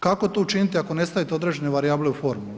Kako to učiniti ako ne stavite određene varijable u formulu.